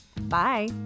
Bye